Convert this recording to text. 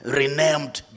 renamed